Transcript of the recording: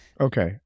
Okay